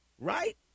right